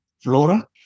flora